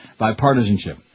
bipartisanship